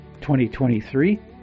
2023